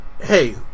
hey